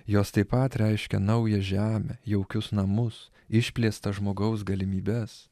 jos taip pat reiškia naują žemę jaukius namus išplėstas žmogaus galimybes